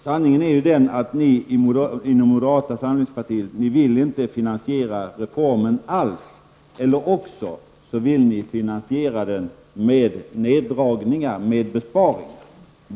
Sanningen är ju den att ni inom moderata samlingspartiet inte vill finansiera reformen alls eller alternativt vill finansiera den med neddragningar och besparingar.